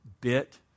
bit